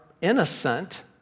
innocent